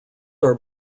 are